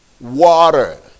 Water